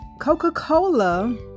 Coca-Cola